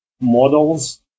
models